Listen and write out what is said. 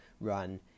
run